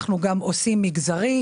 אנחנו גם עושים מגזרית.